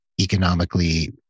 economically